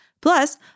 Plus